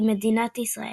היא מדינת ישראל".